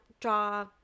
draw